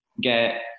get